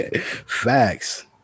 Facts